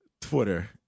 Twitter